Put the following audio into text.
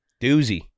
Doozy